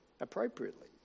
appropriately